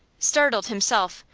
startled himself,